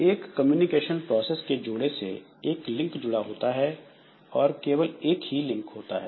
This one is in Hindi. एक कम्युनिकेशन प्रोसेस के जोड़े से एक लिंक जुड़ा हुआ होता है और केवल एक ही होता है